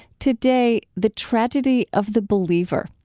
today, the tragedy of the believer,